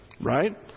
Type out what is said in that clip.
Right